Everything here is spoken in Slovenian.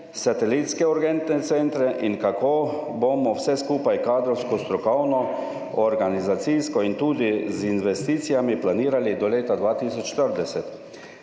satelitske urgentne centre, in kako bomo vse skupaj kadrovsko, strokovno, organizacijsko in tudi z investicijami planirali do leta 2040.